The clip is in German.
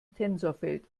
tensorfeld